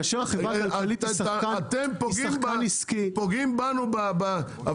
כאשר החברה הכלכלית היא שחקן עסקי --- אתם פוגעים בנו בהבנות.